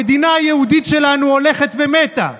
המדינה היהודית שלנו הולכת ומתה.